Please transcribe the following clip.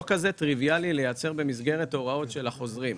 כזה טריביאלי לייצר במסגרת הוראות של החוזרים.